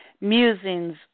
Musings